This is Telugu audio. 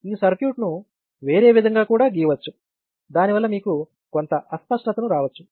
ఈ సర్క్యూట్ను వేరే విధంగా కూడా గీయవచ్చు దానివల్ల మీకు కొంత అస్పష్టతను రావచ్చు